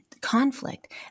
conflict